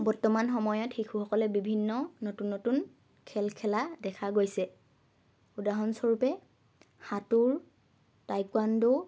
বৰ্তমান সময়ত শিশুসকলে বিভিন্ন নতুন নতুন খেল খেলা দেখা গৈছে উদাহৰণস্বৰূপে সাঁতোৰ টাইকোৱাণ্ডো